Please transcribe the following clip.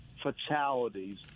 fatalities